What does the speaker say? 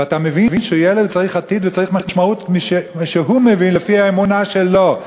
ואתה מבין שילד צריך עתיד וצריך משמעות שהוא מבין לפי האמונה שלו.